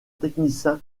technicien